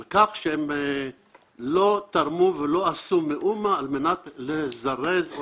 על כך שלא תרמו ולא עשו מאומה על מנת לזרז או